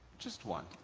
just one.